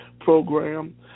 program